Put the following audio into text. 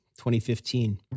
2015